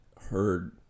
heard